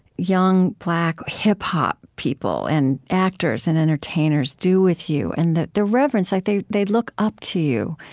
young, black hip-hop people and actors and entertainers do with you, and the the reverence like they they look up to you.